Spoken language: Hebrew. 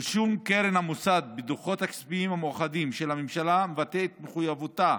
רישום קרן המוסד בדוחות הכספיים המאוחדים של הממשלה מבטא את מחויבותה